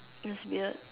it's weird